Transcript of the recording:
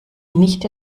nicht